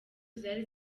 zari